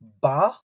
Ba